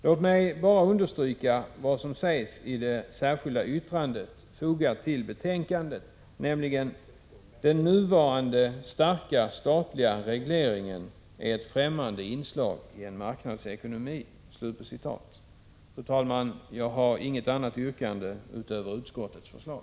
Låt mig bara understryka vad som sägs i det särskilda yttrandet, fogat till näringsutskottets betänkande: ”Den nuvarande starka statliga regleringen är ett fftämmande inslag i en marknadsekonomi.” Fru talman! Jag har inget yrkande utöver utskottets förslag.